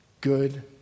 good